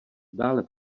dále